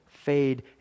fade